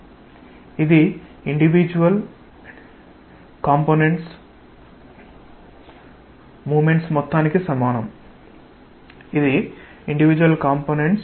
ఇది individual components moments మొత్తానికి సమానం